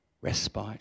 respite